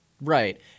right